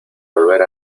volver